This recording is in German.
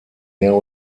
mehr